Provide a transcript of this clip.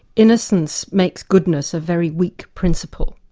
innocence makes goodness a very weak principle.